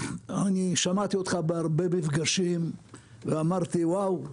אני שמעתי אותך בהרבה מפגשים ואמרתי "וואו,